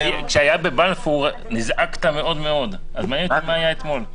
--- כשהיה בבלפור נזעקת מאוד מאוד אז מעניין אותי מה היה אתמול.